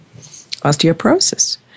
osteoporosis